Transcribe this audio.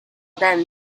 then